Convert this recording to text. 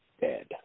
dead